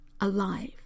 alive